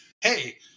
Hey